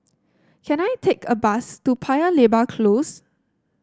can I take a bus to Paya Lebar Close